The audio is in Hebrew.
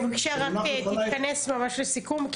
בבקשה תתכנס ממש לסיכום,